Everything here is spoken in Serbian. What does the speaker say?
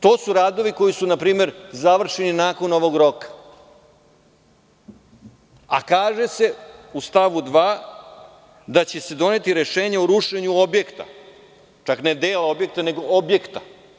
To su radovi koji su završeni nakon ovog roka, a kaže se u stavu 2. da će se doneti rešenje o rušenju objekta, čak ne deo objekta, nego objekta.